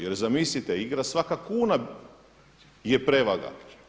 Jer zamislite igra svaka kuna, je prevaga.